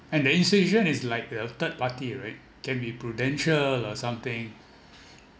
and the incision is like the third party right can be prudential or something